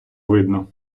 видно